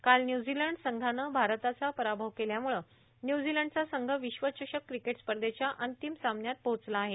काल न्यूझीलंड संघानं भारताचा पराभव केल्यामुळं न्यूझीलंडचा संघ विश्वचषक क्रिकेट स्पर्धेच्या अंतिम सामन्यात पोळोचला आहे